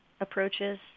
approaches